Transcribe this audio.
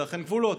זה אכן גבולות,